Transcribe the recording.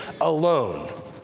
alone